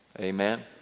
Amen